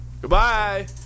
Goodbye